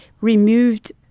removed